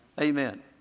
Amen